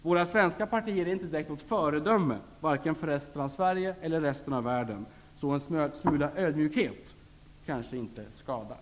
Våra svenska partier är inte dirket några föredömen -- vare sig för resten av Sverige eller resten av världen. Så en smula ödmjukhet kanske inte skadar.